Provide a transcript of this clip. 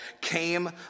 came